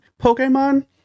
Pokemon